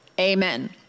Amen